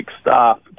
staff